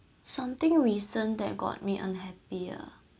something recent that got me unhappy ah